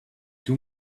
too